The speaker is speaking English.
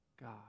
God